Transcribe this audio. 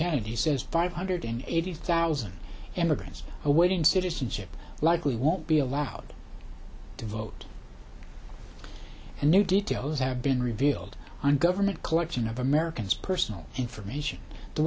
kennedy says five hundred eighty thousand and the grahams awaiting citizenship likely won't be allowed to vote and new details have been revealed on government collection of americans personal information the